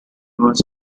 was